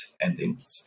endings